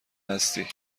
هستی